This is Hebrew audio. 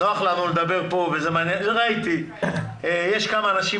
יש כמה אנשים